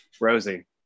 Rosie